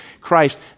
Christ